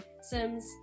sims